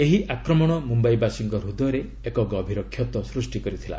ଏହି ଆକ୍ରମଣ ମ୍ରମ୍ଭାଇବାସୀଙ୍କ ହୃଦୟରେ ଏକ ଗଭୀର କ୍ଷତ ସୃଷ୍ଟି କରିଥିଲା